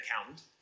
accountant